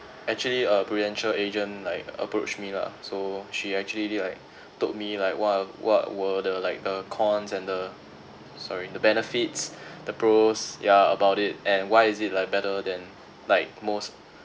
actually a prudential agent like approached me lah so she actually did like told me like what what were the like the cons and the sorry the benefits the pros ya about it and why is it like better than like most